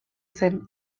zen